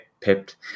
pipped